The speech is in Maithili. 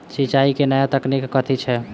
सिंचाई केँ नया तकनीक कथी छै?